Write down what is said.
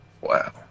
Wow